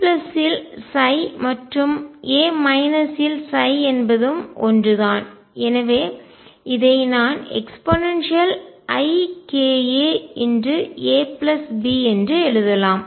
a இல் மற்றும் a இல் என்பதும் ஒன்றுதான் எனவே இதை நான் eikaAB என்று எழுதலாம்